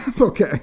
Okay